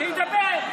שידבר.